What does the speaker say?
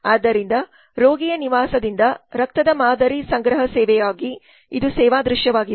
ಆದ್ದರಿಂದ ರೋಗಿಯ ನಿವಾಸದಿಂದ ರಕ್ತದ ಮಾದರಿ ಸಂಗ್ರಹ ಸೇವೆಗಾಗಿ ಇದು ಸೇವಾ ದೃಶ್ಯವಾಗಿದೆ